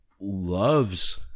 loves